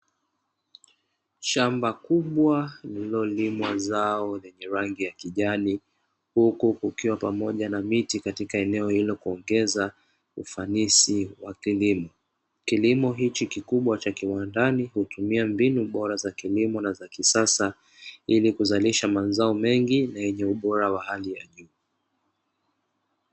Shamba kubwa lililolimwa zao la rangi ya kijani, huku kukiwa pamoja na miti katika eneo hilo, ili kuongeza ufanisi wa kilimo. Kilimo hichi kikubwa cha kiwandani hutumia mbinu bora za kilimo na za kisasa, ili kuzalisha mazao mengi kwa ubora wa hali ya juu.